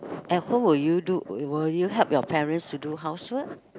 at home will you do will you help your parents to do house work